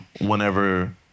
whenever